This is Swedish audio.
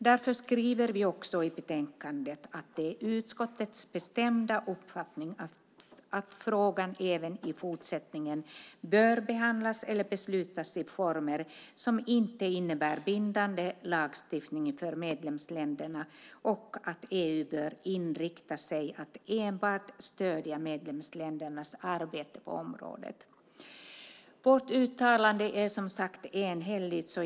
Därför säger vi i betänkandet att det är utskottets bestämda uppfattning att frågan även i fortsättningen bör behandlas eller beslutas i former som inte innebär bindande lagstiftning för medlemsländerna och att EU bör inrikta sig på att enbart stödja medlemsländernas arbete på området. Vårt uttalande är alltså enhälligt.